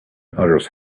others